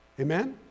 Amen